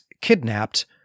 kidnapped